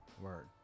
Word